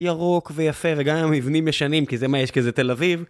ירוק ויפה, וגם אם המבנים ישנים, כי זה מה יש, כי זה תל אביב.